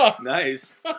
Nice